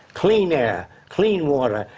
clean air, clean water,